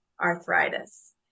arthritis